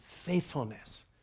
Faithfulness